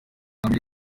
ubumwe